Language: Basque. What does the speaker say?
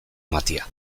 ematea